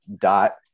dot